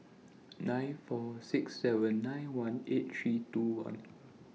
nine four six seven nine one eight six two one